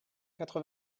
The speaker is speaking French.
quatre